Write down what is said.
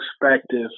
perspective